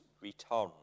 return